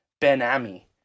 Ben-Ami